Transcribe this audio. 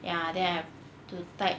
ya then I have to type